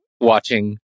watching